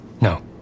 no